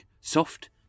soft